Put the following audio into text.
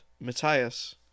Matthias